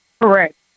Correct